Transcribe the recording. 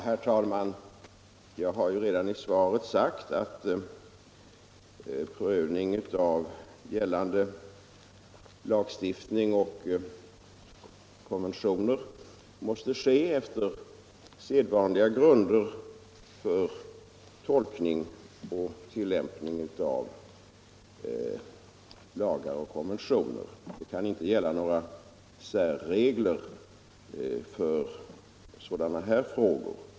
Herr talman! Jag har redan i svaret sagt att prövning av gällande lagar och konventioner måste ske på sedvanliga grunder för tolkning och tilllämpning av dessa. Det kan inte gälla några särregler för sådana här frågor.